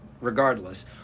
regardless